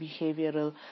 behavioral